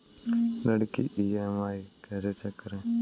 ऋण की ई.एम.आई कैसे चेक करें?